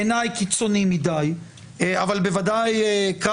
בעיני קיצוני מדי אבל בוודאי קו